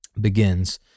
begins